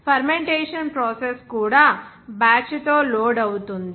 fermentation process కూడా బ్యాచ్తో load అవుతుంది